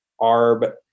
ARB